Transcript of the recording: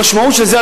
המשמעות של זה,